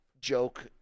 joke